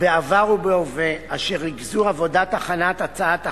בעבר ובהווה, אשר ריכזו עבודת הכנת הצעת החוק,